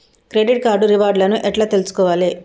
Credit card reward లను ఎట్ల తెలుసుకోవాలే?